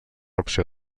opció